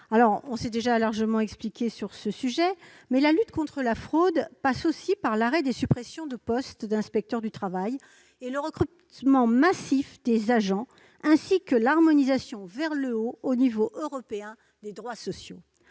nous sommes déjà largement expliqués sur ce sujet. La lutte contre la fraude passe aussi par l'arrêt des suppressions de postes d'inspecteurs du travail, par le recrutement massif d'agents et par l'harmonisation vers le haut des droits sociaux